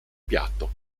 piatto